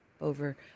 over